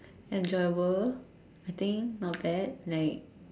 enjoyable I think not bad like